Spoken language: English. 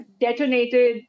detonated